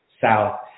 South